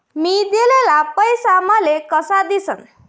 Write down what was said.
मी दिलेला पैसा मले कसा दिसन?